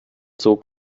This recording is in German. zog